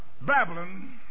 Babylon